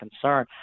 concern